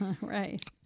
Right